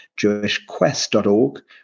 jewishquest.org